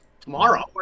tomorrow